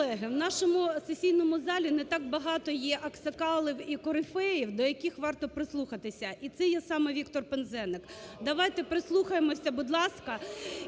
колеги, в нашому сесійному залі не так багато є аксакалів і корифеїв, до яких варто прислухатися, і це є саме Віктор Пинзеник. Давайте прислухаємося, будь ласка.